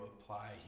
apply